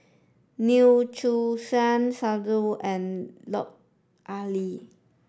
Neo Chwee and Lut Ali